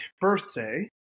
birthday